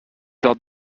dans